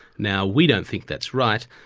now we don't think that's right,